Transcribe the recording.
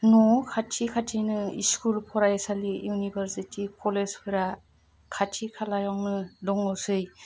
न'आव खाथि खाथिनो स्कुल फरायसालि इउनिभारसिटि कलेजफोरा खाथि खालायावनो दङसै